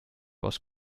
was